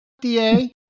DA